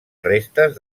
restes